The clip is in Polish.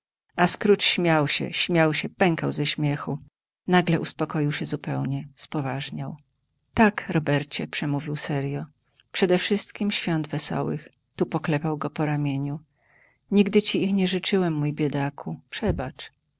a scrooge śmiał się śmiał się pękał ze śmiechu nagle uspokoił się zupełnie spoważniał tak robercie przemówił serjo przedewszystkiem świąt wesołych tu poklepał go po ramieniu nigdy ci ich nie życzyłem mój biedaku przebacz